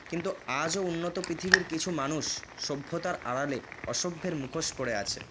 কিন্তু আজও উন্নত পৃথিবীর কিছু মানুষ সভ্যতার আড়ালে অসভ্যের মুখোশ পরে আছে